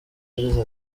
yagize